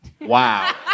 Wow